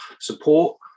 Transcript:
support